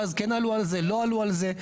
ואז כן עלו על זה או לא עלו על זה.